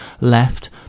left